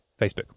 facebook